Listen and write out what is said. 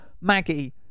Maggie